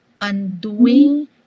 undoing